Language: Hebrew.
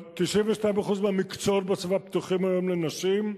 92% מהמקצועות בצבא פתוחים היום לנשים.